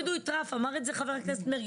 אמר את זה ח"כ מרגי,